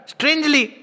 Strangely